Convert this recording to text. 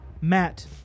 Matt